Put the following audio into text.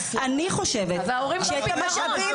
אבל מה הפתרון?